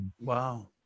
Wow